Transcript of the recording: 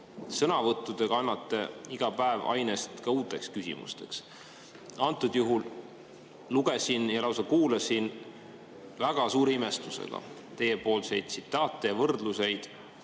sõnavõttudega annate te iga päev ainest ka uuteks küsimusteks. Antud juhul lugesin ja lausa kuulasin väga suure imestusega teie tsitaate ja võrdluseid,